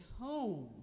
home